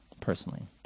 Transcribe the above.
personally